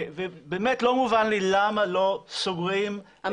ובאמת לא מובן לי למה לא סוגרים את ה --- שמעת?